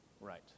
Right